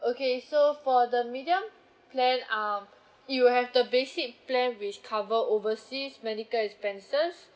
okay so for the medium plan um it will have the basic plan which cover overseas medical expenses